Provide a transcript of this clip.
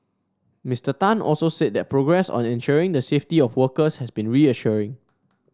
Mister Tan also said that progress on ensuring the safety of workers has been reassuring